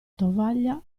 tovaglia